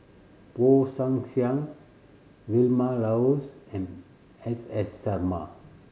Woon Siang Vilma Laus and S S Sarma